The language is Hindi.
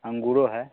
अंगूरें है